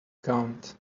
account